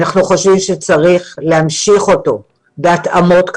אנחנו חושבים שצריך להמשיך אותו, כמובן בהתאמות.